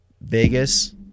Vegas